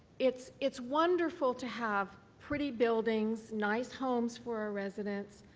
it's it's wonderful to have pretty buildings, nice homes for our residents.